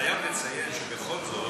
חייב לציין שבכל זאת